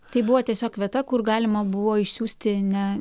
tai buvo tiesiog vieta kur galima buvo išsiųsti ne